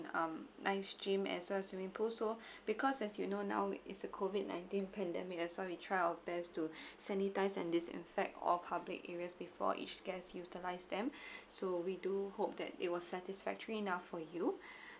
um nice gym as well as swimming pool so because as you know now it's a COVID nineteen pandemic that's why we try our best to sanitize and disinfect all public areas before each guest utilize them so we do hope that it was satisfactory enough for you